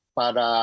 para